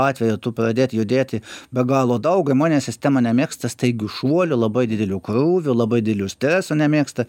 atveju tu pradėti judėti be galo daug imuninė sistema nemėgsta staigių šuolių labai didelių krūvių labai didelių streso nemėgsta